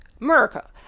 America